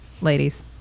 ladies